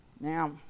Now